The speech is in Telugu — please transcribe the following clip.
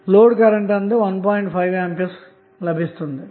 5A కరెంట్ లభిస్తుంది